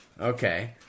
Okay